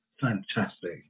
Fantastic